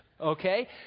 okay